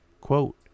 Quote